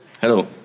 Hello